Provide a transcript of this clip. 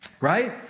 right